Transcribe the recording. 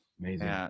Amazing